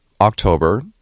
October